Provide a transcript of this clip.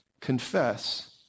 confess